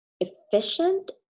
efficient